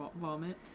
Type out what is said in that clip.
vomit